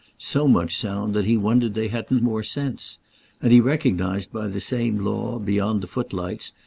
so much sound that he wondered they hadn't more sense and he recognised by the same law, beyond the footlights,